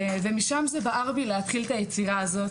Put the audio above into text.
משם זה בער בי להתחיל את היצירה הזאת,